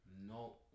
no